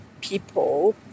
people